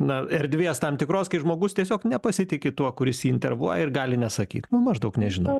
na erdvės tam tikros kai žmogus tiesiog nepasitiki tuo kuris jį intervuoja ir gali nesakyt nu maždaug nežinau